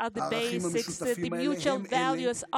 הערכים המשותפים האלה,